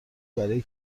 برای